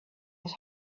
his